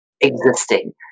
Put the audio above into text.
existing